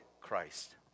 Christ